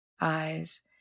eyes